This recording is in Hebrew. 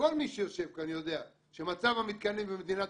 כל מי שיושב כאן יודע שמצב המתקנים במדינת